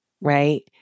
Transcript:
Right